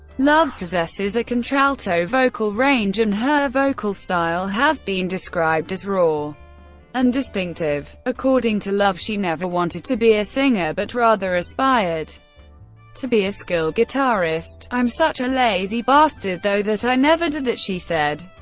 love possesses a contralto vocal range, and her vocal style has been described as raw and distinctive. according to love, she never wanted to be a singer, but rather aspired to be a skilled guitarist i'm such a lazy bastard though that i never did that, she said.